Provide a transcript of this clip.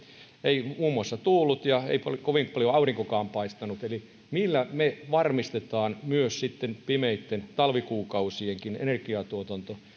ei muun muassa tuullut ja ei kovin paljon aurinkokaan paistanut eli millä me varmistamme myös sitten pimeitten talvikuukausienkin energiatuotannon